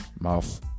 mouth